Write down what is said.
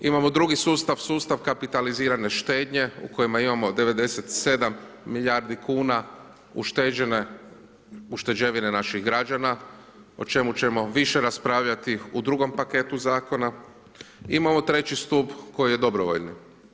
Imamo drugi sustav, sustav kapitalizirane štednje u kojima imamo 97 milijardi kuna ušteđevine naših građana o čemu ćemo više raspravljati u drugom paketu zakona, imamo treći stup koji je dobrovoljni.